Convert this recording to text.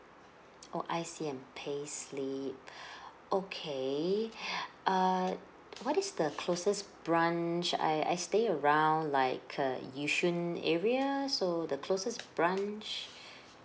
oh I_C and payslip okay err what is the closest branch I I stay around like uh yishun area so the closest branch